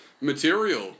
material